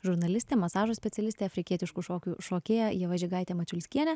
žurnalistė masažo specialistė afrikietiškų šokių šokėja ieva žigaitė mačiulskienė